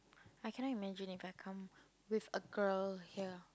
I cannot imagine If I come with a girl here